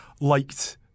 liked